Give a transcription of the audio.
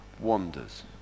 wanders